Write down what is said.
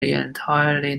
entirely